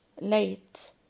late